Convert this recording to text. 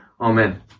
Amen